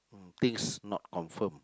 things not confirm